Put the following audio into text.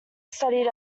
studied